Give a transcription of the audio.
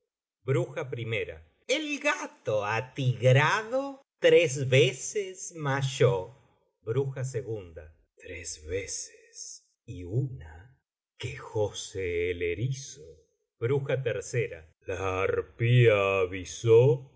br el gato atigrado tres veces mayó tres veces y una quejóse el erizo la arpía avisó